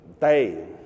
day